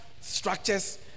structures